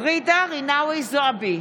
ג'ידא רינאוי זועבי,